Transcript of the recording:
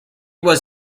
was